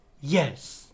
Yes